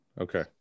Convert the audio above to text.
Okay